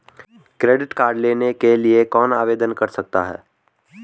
Credit card लेने के लिए कौन आवेदन कर सकता है?